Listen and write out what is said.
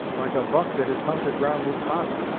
like a buck that is hunted round his ha'nt.